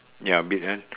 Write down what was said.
ya a bit eh